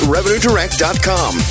RevenueDirect.com